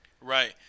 Right